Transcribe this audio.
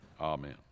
amen